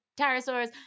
pterosaurs